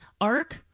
arc